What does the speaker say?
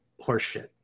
horseshit